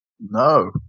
No